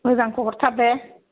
मोजांखौ हरथार दे